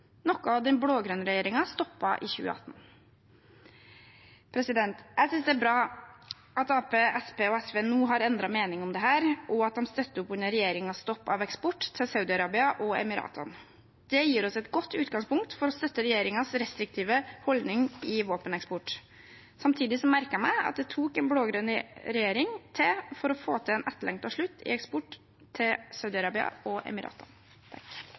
noe den blå-grønne regjeringen stoppet i 2018. Jeg synes det er bra at Arbeiderpartiet, Senterpartiet og SV nå har endret mening om dette, og at de støtter opp under regjeringens stopp av eksport til Saudi-Arabia og Emiratene. Det gir oss et godt utgangspunkt for å støtte regjeringens restriktive holdning til våpeneksport. Samtidig merker jeg meg at det skulle en blå-grønn regjering til for å få til en etterlengtet slutt på eksport til Saudi-Arabia og Emiratene.